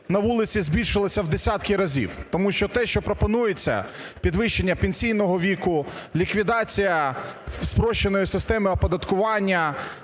на вулиці збільшилася в десятки разів. Тому що те, що пропонується: підвищення пенсійного віку, ліквідація спрощеної системи оподаткування,